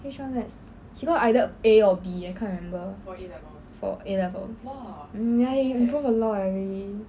h one maths he got either a or b I can't remember for a levels mm ya ya he improve a lot eh really